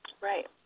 Right